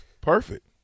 Perfect